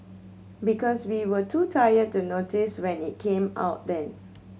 because we were too tired to notice when it came out then